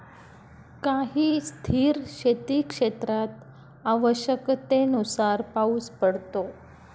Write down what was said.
काही स्थिर शेतीक्षेत्रात आवश्यकतेनुसार पाऊस पडतो